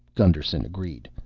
gusterson agreed,